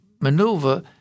maneuver